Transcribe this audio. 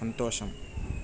సంతోషం